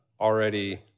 already